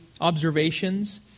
observations